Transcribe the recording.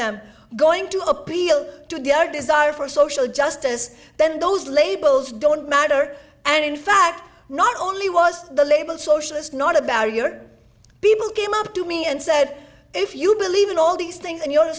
them going to appeal to the our desire for social justice then those labels don't matter and in fact not only was the label socialist not about a year people came up to me and said if you believe in all these things and you